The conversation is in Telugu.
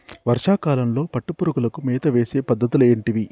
వర్షా కాలంలో పట్టు పురుగులకు మేత వేసే పద్ధతులు ఏంటివి?